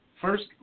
first